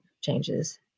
changes